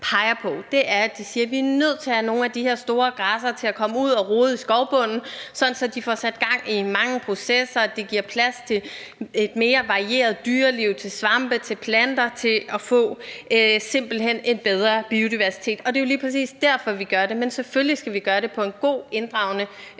peger på, er, at vi er nødt til at have nogle af de her store græssere til at komme ud og rode i skovbunden, så de får sat gang i mange processer. Det giver plads til et mere varieret dyreliv, til svampe, til planter – til simpelt hen at få en bedre biodiversitet. Det er jo lige præcis derfor, vi gør det. Men selvfølgelig skal vi gøre det på en god, inddragende og